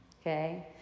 okay